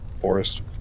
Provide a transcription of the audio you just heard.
forest